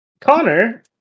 Connor